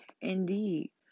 Indeed